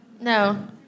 No